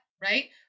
right